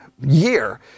year